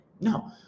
No